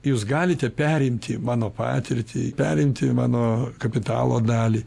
jūs galite perimti mano patirtį perimti mano kapitalo dalį